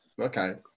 Okay